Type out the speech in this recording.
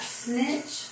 snitch